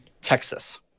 Texas